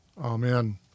Amen